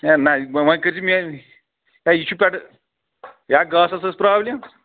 ہے نہ وۄنۍ وۄنۍ کٔرۍ زِ مےٚ ہے یہِ چھُ پٮ۪ٹھٕ یا گاسَس ٲس پرٛابلِم